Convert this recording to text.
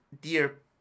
dear